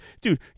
Dude